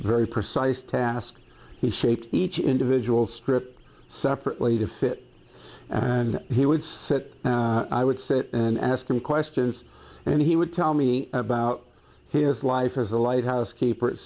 very precise task he shaped each individual strip separately to fit and he would fit and i would sit and ask him questions and he would tell me about his life as a lighthouse keeper